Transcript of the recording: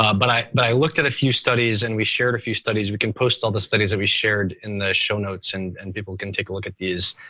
um but i but i looked at a few studies and we shared a few studies, we can post all the studies that we shared in the show notes and and people can take a look at these.